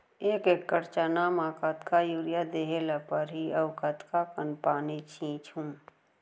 एक एकड़ चना म कतका यूरिया देहे ल परहि अऊ कतका कन पानी छींचहुं?